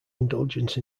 indulgence